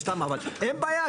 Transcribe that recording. אין בעיה,